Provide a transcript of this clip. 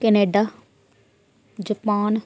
Canada Japan